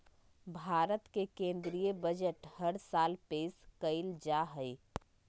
भारत के केन्द्रीय बजट हर साल पेश कइल जाहई